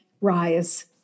rise